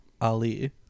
Ali